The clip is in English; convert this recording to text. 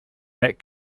that